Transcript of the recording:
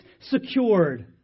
secured